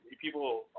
People